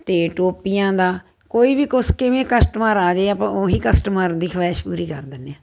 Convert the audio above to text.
ਅਤੇ ਟੋਪੀਆਂ ਦਾ ਕੋਈ ਵੀ ਕੁਛ ਕਿਵੇਂ ਕਸਟਮਰ ਆ ਜੇ ਆਪਾਂ ਉਹੀ ਕਸਟਮਰ ਦੀ ਖਵਾਹਿਸ਼ ਪੂਰੀ ਕਰ ਦਿੰਦੇ ਹਾਂ